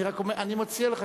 אני מציע לך,